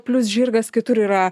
plius žirgas kitur yra